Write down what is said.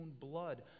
blood